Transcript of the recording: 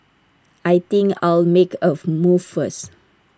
I think I'll make A move first